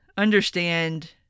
understand